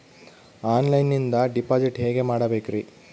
ಆನ್ಲೈನಿಂದ ಡಿಪಾಸಿಟ್ ಹೇಗೆ ಮಾಡಬೇಕ್ರಿ?